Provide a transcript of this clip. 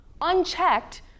unchecked